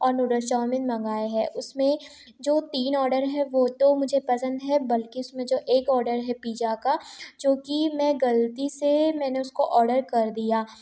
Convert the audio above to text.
और noodles chowmein मंगवाया है उसमें जो तीन ऑर्डर हैं वो तो मुझे पसंद हैं बल्कि उसमें जो एक ऑर्डर है पिज़्ज़ा का जो कि मैं गलती से मैंने उसको ऑर्डर कर दिया